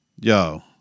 Yo